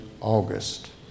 August